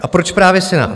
A proč právě Senát?